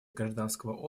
гражданского